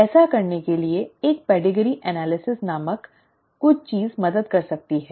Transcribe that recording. ऐसा करने के लिए एक पेडिग्री विश्लेषण नामक कुछ चीज मदद कर सकती है